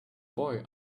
boy